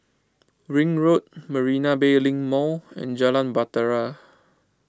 Ring Road Marina Bay Link Mall and Jalan Bahtera